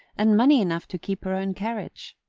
and money enough to keep her own carriage.